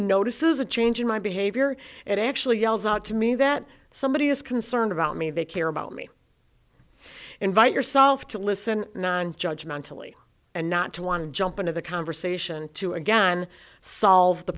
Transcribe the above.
notices a change in my behavior it actually yells out to me that somebody is concerned about me they care about me invite yourself to listen nine judge mentally and not to want to jump into the conversation to again solve the